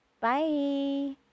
Bye